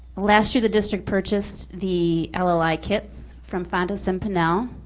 last year, the district purchased the ah lli like kits from fountas and pinnell,